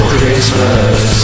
Christmas